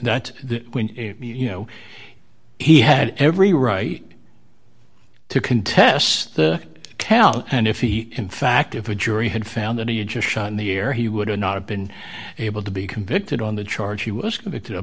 that you know he had every right to contest the tell and if he in fact if a jury had found that he had just shot in the air he would not have been able to be convicted on the charge he was convicted